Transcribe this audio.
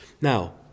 Now